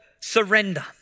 surrender